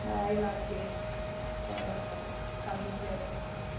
ꯍꯣꯏ ꯑꯩ ꯂꯥꯛꯀꯦ ꯍꯣꯏ ꯍꯣꯏ ꯍꯣꯏ ꯊꯝꯃꯒꯦ ꯑꯗꯣ